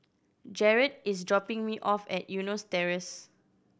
Jarred is dropping me off at Eunos Terrace